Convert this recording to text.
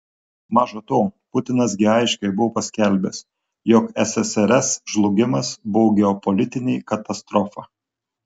maža to putinas gi aiškiai buvo paskelbęs jog ssrs žlugimas buvo geopolitinė katastrofa